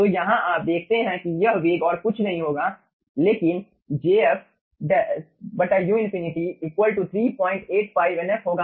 तो यहाँ आप देखते हैं कि यह वेग और कुछ नहीं होगा लेकिन jf u∞ 385 Nf होगा